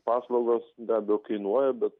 paslaugos beabejo kainuoja bet